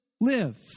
live